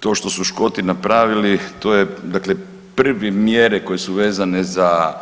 To što su Škoti napravili to je dakle prve mjere koje su vezane za